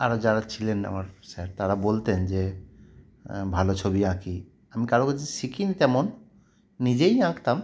আরও যারা ছিলেন আমার স্যার তারা বলতেন যে ভালো ছবি আঁকি আমি কারো কাছে শিখিনি তেমন নিজেই আঁকতাম